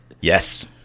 Yes